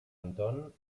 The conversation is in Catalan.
anton